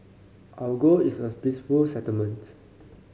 our goal is a peaceful settlement